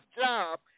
job